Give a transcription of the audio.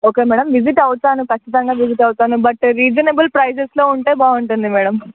okay madam visit అవుతాను ఖచ్చితంగా visit అవుతాను బట్ రీజనబుల్ ప్రైస్లో ఉంటే బాగుంటుంది మ్యాడమ్